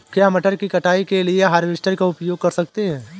क्या मटर की कटाई के लिए हार्वेस्टर का उपयोग कर सकते हैं?